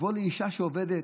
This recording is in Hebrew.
לבוא לאישה שעובדת,